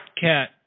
cat